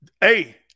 Hey